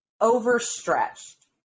Overstretched